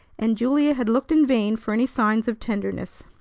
and julia had looked in vain for any signs of tenderness.